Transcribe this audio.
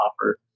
offer